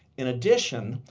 in addition,